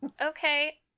okay